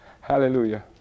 Hallelujah